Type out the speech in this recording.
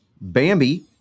Bambi